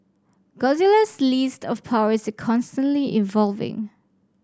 Godzilla's list of powers are constantly evolving